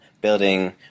building